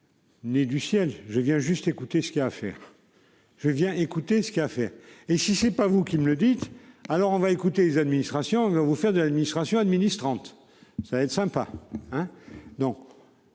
Né du ciel. Je viens juste écouter ce qu'il a à faire.-- Je viens écouter ce qu'il a à faire et si c'est pas vous qui me le dites, alors on va écouter les administrations vous faire de l'administration administrante. Ça va être sympa